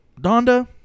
Donda